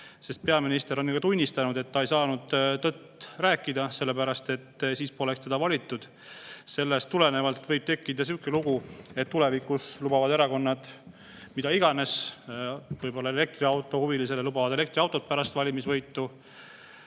sest ka peaminister on tunnistanud, et ta ei saanud tõtt rääkida, sellepärast et siis poleks teda valitud. Sellest tulenevalt võib tekkida niisugune lugu, et tulevikus lubavad erakonnad mida iganes. Võib-olla elektriautohuvilisele lubavad elektriautot pärast valimisvõitu,